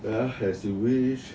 ya as you wish